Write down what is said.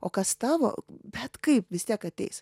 o kas tavo bet kaip vis tiek ateis